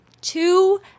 two